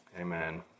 Amen